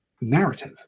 narrative